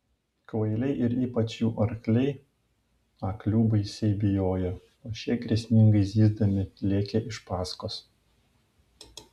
kvailiai ir ypač jų arkliai aklių baisiai bijojo o šie grėsmingai zyzdami lėkė iš paskos